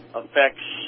affects